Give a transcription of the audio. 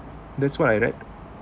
that's what I read